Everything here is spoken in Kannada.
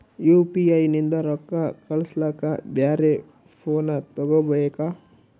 ಯು.ಪಿ.ಐ ನಿಂದ ರೊಕ್ಕ ಕಳಸ್ಲಕ ಬ್ಯಾರೆ ಫೋನ ತೋಗೊಬೇಕ?